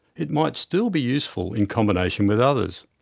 it might still be useful in combination with others.